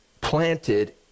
planted